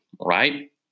right